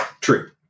True